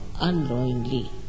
unknowingly